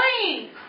playing